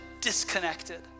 disconnected